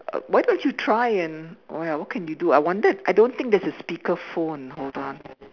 uh why don't you try and oh ya what can you do I wondered I don't think there's a speaker phone hold on